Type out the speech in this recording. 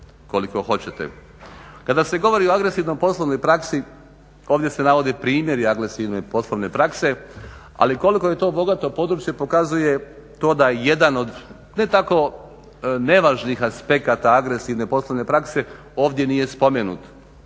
koliko hoćete. Kada se govori o agresivnoj poslovnoj praksi ovdje se navode primjeri agresivne poslovne prakse, ali koliko je to bogato područje pokazuje to da je jedan od ne tako nevažnih aspekata agresivne poslovne prakse ovdje nije spomenut,